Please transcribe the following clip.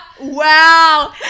Wow